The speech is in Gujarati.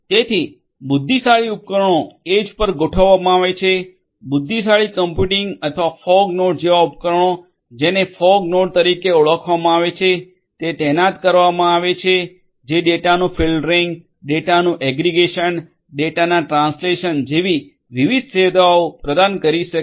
તેથી બુદ્ધિશાળી ઉપકરણો એજ પર ગોઠવવામાં આવે છે બુદ્ધિશાળી કમ્પ્યુટિંગ અથવા ફોગ નોડ જેવા ઉપકરણો જેને ફોગ નોડ તરીકે ઓળખવામાં આવે છે તે તૈનાત કરવામાં આવે છે જે ડેટાનું ફિલ્ટરિંગ ડેટાનું એગ્રિગેશન ડેટાના ટ્રાન્સલેશન જેવી વિવિધ સેવાઓ પ્રદાન કરી શકે છે